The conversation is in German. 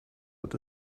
wird